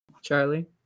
Charlie